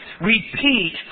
repeat